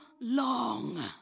long